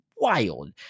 wild